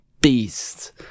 beast